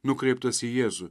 nukreiptas į jėzų